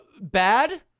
Bad